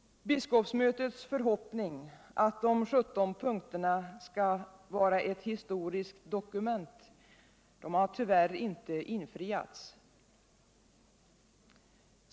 Biskopsmötets förhoppning att de 17 punkterna skall vara ett historiskt dokument har tyvärr inte infriats.